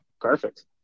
perfect